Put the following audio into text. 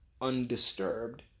undisturbed